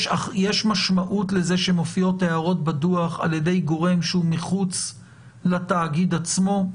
יש משמעות לזה שמופיעות הערות בדוח על ידי גורם שהוא מחוץ לתאגיד עצמו.